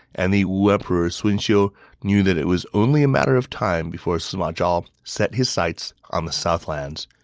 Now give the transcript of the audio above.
and the wu emperor sun xiu knew that it was only a matter of time before sima zhao set his sights on the southlands.